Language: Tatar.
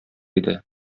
иде